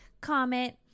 comment